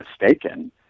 mistaken